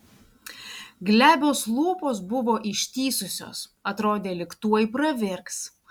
glebios lūpos buvo ištįsusios atrodė lyg tuoj pravirks